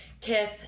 Kith